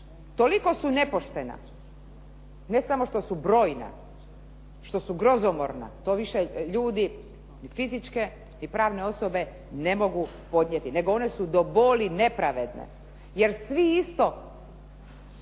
toliko su nepoštena, ne samo što su brojna, što su grozomorna to više ljudi fizičke ni pravne osobe ne mogu podnijeti nego one su do boli nepravedne jer svi ih